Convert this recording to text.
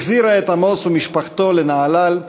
החזירה את עמוס ומשפחתו לנהלל,